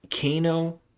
Kano